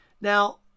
Now